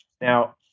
now